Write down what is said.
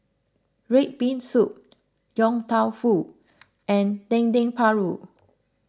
Red Bean Soup Yong Tau Foo and Dendeng Paru